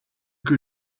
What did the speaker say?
que